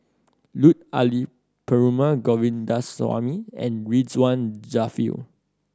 Lut Ali Perumal Govindaswamy and Ridzwan Dzafir